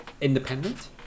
independent